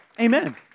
Amen